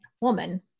woman